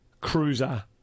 Cruiser